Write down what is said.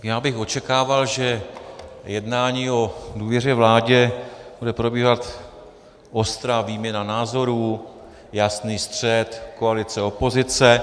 Já bych očekával, že při jednání o důvěře vládě bude probíhat ostrá výměna názorů, jasný střet koalice opozice.